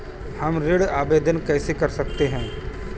हम ऋण आवेदन कैसे कर सकते हैं?